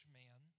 man